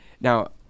Now